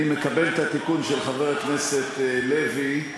מקבל את התיקון של חבר הכנסת לוי.